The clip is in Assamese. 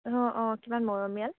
অঁ অঁ কিমান মৰমীয়াল